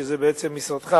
שזה בעצם משרדך,